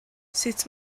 sut